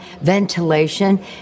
ventilation